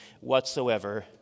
whatsoever